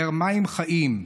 באר מים חיים,